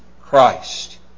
Christ